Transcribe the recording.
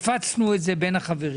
הפצנו את זה עכשיו בין החברים.